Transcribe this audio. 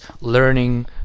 learning